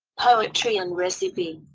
poetry and recipe